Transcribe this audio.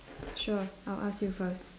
sure I'll ask you first